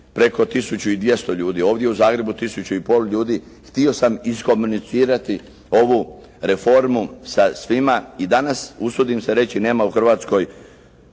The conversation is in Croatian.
preko 1200 ljudi, ovdje u Zagrebu 1500 ljudi, htio sam iskomunicirati ovu reformu sa svima i danas usudim se reći nema u Hrvatskoj